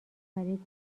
برای